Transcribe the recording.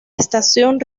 estación